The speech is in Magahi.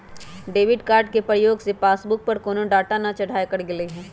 डेबिट कार्ड के प्रयोग से पासबुक पर कोनो डाटा न चढ़ाएकर गेलइ ह